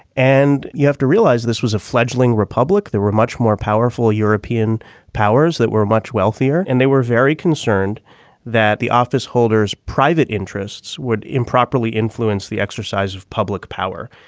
and you have to realize this was a fledgling republic there were much more powerful european powers that were much wealthier and they were very concerned that the office holders private interests would improperly influence the exercise of public power.